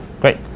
Great